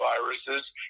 viruses